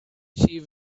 she